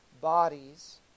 bodies